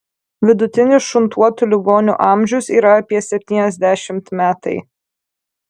vidutinis šuntuotų ligonių amžius yra apie septyniasdešimt metai